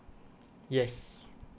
yes